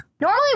Normally